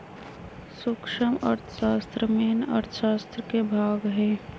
सूक्ष्म अर्थशास्त्र मेन अर्थशास्त्र के भाग हई